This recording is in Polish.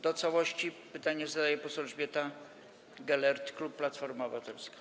Do całości pytanie zadaje poseł Elżbieta Gelert, klub Platforma Obywatelska.